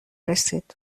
رسید